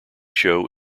show